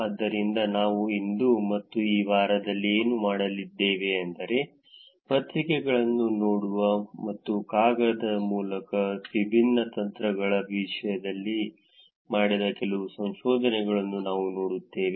ಆದ್ದರಿಂದ ನಾವು ಇಂದು ಮತ್ತು ಈ ವಾರದಲ್ಲಿ ಏನು ಮಾಡಲಿದ್ದೇವೆ ಎಂದರೆ ಪತ್ರಿಕೆಗಳನ್ನು ನೋಡುವ ಮತ್ತು ಕಾಗದದ ಮೂಲಕ ವಿಭಿನ್ನ ತಂತ್ರಗಳ ವಿಷಯದಲ್ಲಿ ಮಾಡಿದ ಕೆಲವು ಸಂಶೋಧನೆಗಳನ್ನು ನಾವು ನೋಡುತ್ತೇವೆ